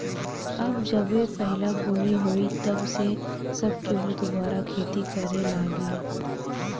अब जबे पहिला बुनी होई तब से सब केहू दुबारा खेती करे लागी